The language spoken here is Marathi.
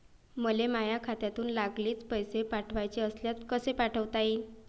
मले माह्या खात्यातून लागलीच पैसे पाठवाचे असल्यास कसे पाठोता यीन?